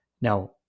Now